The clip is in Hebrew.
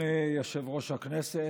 אדוני יושב-ראש הכנסת,